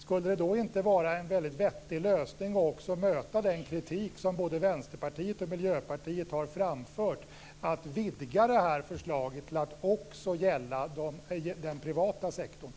Skulle det då inte vara en väldigt vettig lösning, och också ett sätt att möta den kritik som både Vänsterpartiet och Miljöpartiet har framfört, att vidga det här förslaget till att också gälla den privata sektorn?